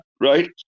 right